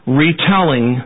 retelling